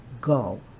go